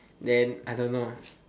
then I don't know